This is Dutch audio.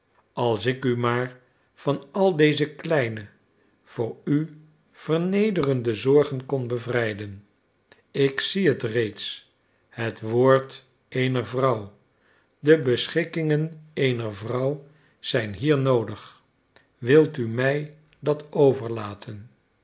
als ik u maar van al deze kleine voor u vernederende zorgen kon bevrijden ik zie het reeds het woord eener vrouw de beschikkingen eener vrouw zijn hier noodig wil u mij dat overlaten